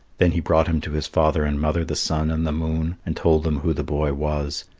then he brought him to his father and mother, the sun and the moon, and told them who the boy was.